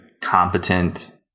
competent